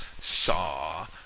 saw